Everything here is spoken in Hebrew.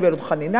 קיבל עוד חנינה,